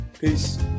Peace